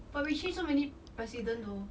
but we change so many president though